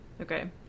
Okay